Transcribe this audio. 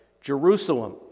Jerusalem